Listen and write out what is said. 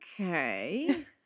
Okay